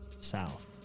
south